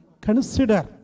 consider